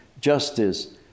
Justice